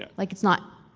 yeah like it's not.